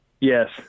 Yes